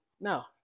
No